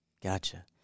Gotcha